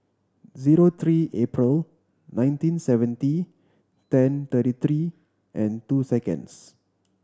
zero three April nineteen seventy ten thirty three and two seconds